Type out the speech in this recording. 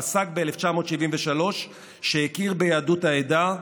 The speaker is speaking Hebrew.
פסק ב-1973 והכיר ביהדות העדה,